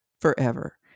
forever